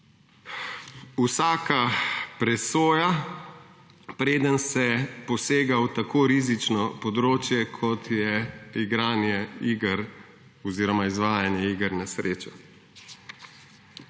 vsaka presoja, preden se posega v tako rizično področje, kot je igranje oziroma izvajanje iger na srečo.